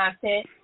content